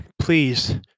please